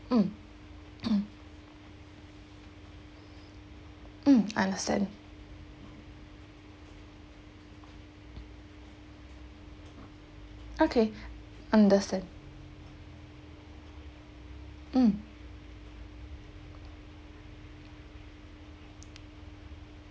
mm mm understand okay understand mm